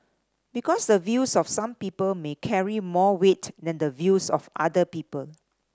because the views of some people may carry more weight than the views of other people